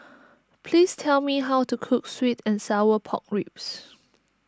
please tell me how to cook Sweet and Sour Pork Ribs